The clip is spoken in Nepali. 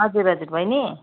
हजुर हजुर बहिनी